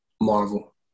Marvel